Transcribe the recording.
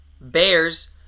Bears